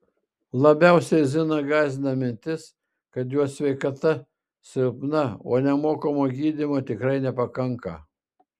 labiausiai ziną gąsdina mintis kad jos sveikata silpna o nemokamo gydymo tikrai nepakanka